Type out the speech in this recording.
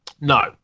No